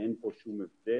אין פה שום הבדל.